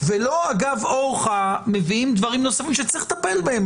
ולא אגב אורחא מביאים דברים נוספים שצריך לטפל בהם.